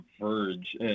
verge